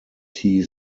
tea